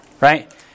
right